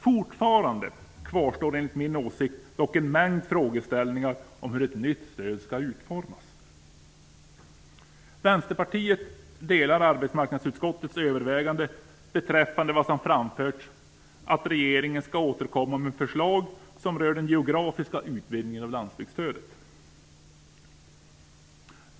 Fortfarande kvarstår dock enligt min åsikt en mängd frågor om hur ett nytt stöd skall utformas. Vänsterpartiet delar arbetsmarknadsutskottets överväganden beträffande vad som framförts om att regeringen skall återkomma med förslag som rör den geografiska utvidgningen av landsbygdsstödet.